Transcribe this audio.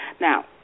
Now